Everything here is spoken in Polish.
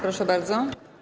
Proszę bardzo.